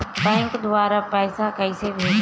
Bank द्वारा पैसे कैसे भेजें?